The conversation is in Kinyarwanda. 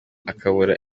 akabura